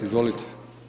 Izvolite.